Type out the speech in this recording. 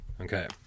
Okay